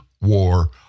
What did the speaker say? war